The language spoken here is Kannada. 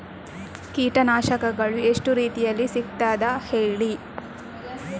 ಕೀಟನಾಶಕಗಳು ಎಷ್ಟು ರೀತಿಯಲ್ಲಿ ಸಿಗ್ತದ ಹೇಳಿ